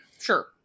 Sure